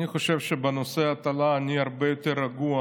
אני חושב שבנושא ההטלה אני הרבה יותר רגוע,